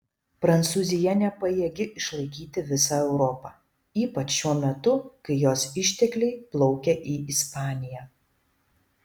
prancūzija nepajėgi išlaikyti visą europą ypač šiuo metu kai jos ištekliai plaukia į ispaniją